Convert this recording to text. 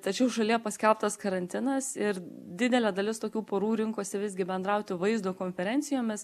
tačiau šalyje paskelbtas karantinas ir didelė dalis tokių porų rinkosi visgi bendrauti vaizdo konferencijomis